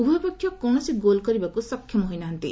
ଉଭୟ ପକ୍ଷ କୌଣସି ଗୋଲ୍ କରିବାକୁ ସକ୍ଷମ ହୋଇନାହାନ୍ତି